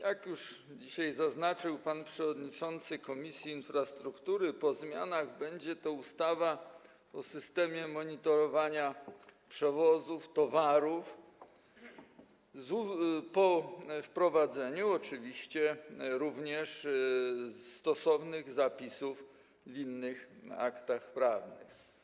Jak już dzisiaj zaznaczył pan przewodniczący Komisji Infrastruktury, po zmianach będzie to ustawa o systemie monitorowania przewozów towarów, oczywiście po wprowadzeniu również stosownych zapisów w innych aktach prawnych.